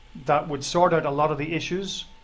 that would sort out a lot of the issues.